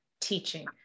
teaching